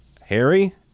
Harry